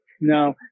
No